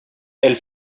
elle